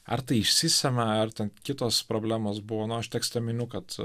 ar tai išsisemia ar ten kitos problemos buvo nu aš tekste miniu kad